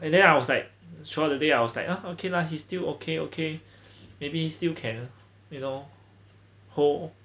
and then I was like chua lily really I was like uh okay lah he's still okay okay maybe still can you know hold